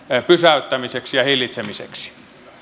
pysäyttämiseksi ja hillitsemiseksi